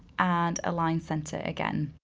and align center again.